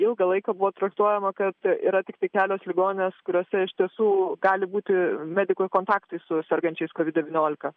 ilgą laiką buvo traktuojama kad yra tiktai kelios ligoninės kuriose iš tiesų gali būti medikų kontaktai su sergančiais kovid devyniolika